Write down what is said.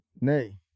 Nay